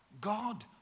God